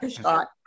shot